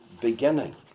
beginning